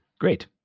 Great